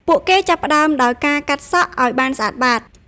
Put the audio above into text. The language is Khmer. ពួកគេចាប់ផ្ដើមដោយ ការកាត់សក់ ឱ្យបានស្អាតបាត។